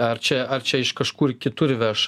ar čia ar čia iš kažkur kitur įveš